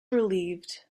relieved